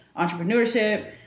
entrepreneurship